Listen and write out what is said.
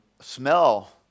smell